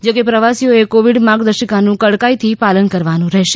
જો કે પ્રવાસીઓએ કોવિડ માર્ગદર્શિકાનું કડકાઇથી પાલન કરવાનું રહેશે